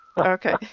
Okay